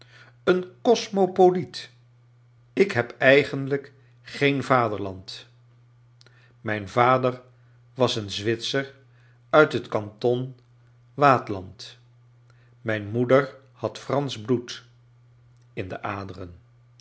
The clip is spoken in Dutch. een cosmopoliet ik heb eigeniijk geen vaderland mijn vader was een zwitser uit het kanton waadtland mijne moeder had eransch bloed in de aderen